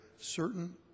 certain